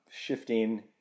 shifting